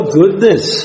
goodness